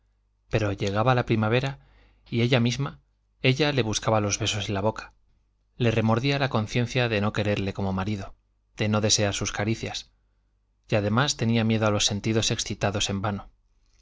pero llegaba la primavera y ella misma ella le buscaba los besos en la boca le remordía la conciencia de no quererle como marido de no desear sus caricias y además tenía miedo a los sentidos excitados en vano